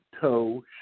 Toe